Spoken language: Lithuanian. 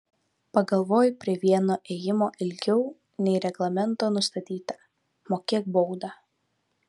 pagalvojai prie vieno ėjimo ilgiau nei reglamento nustatyta mokėk baudą